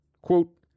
Quote